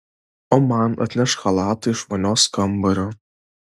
o man atnešk chalatą iš vonios kambario